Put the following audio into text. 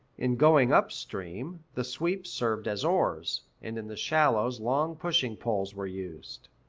in going up stream, the sweeps served as oars, and in the shallows long pushing-poles were used.